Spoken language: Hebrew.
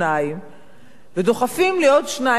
ודוחפים לי עוד שניים שלא רציתי בהם,